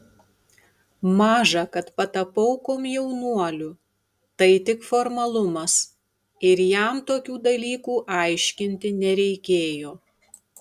maža kad patapau komjaunuoliu tai tik formalumas ir jam tokių dalykų aiškinti nereikėjo